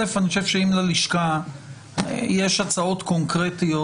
ראשית, אני חושב שאם ללשכה יש הצעות קונקרטיות